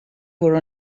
were